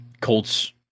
Colts